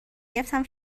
گرفتم